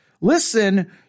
listen